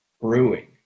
brewing